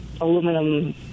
aluminum